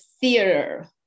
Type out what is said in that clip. theater